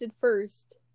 first